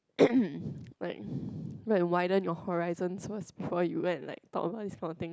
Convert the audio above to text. like like widen your horizons first before you go and like talk about this kind of thing